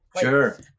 sure